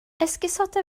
esgusoda